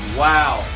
wow